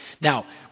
Now